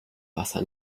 wasser